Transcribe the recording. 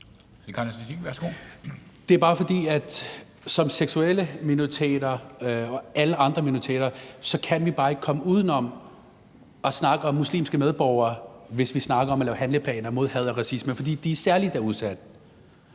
i forbindelse med seksualitet og alle andre minoriteter, kan vi bare ikke komme uden om at snakke om muslimske medborgere, hvis vi snakker om at lave handleplaner mod had og racisme, fordi de særlig er udsatte.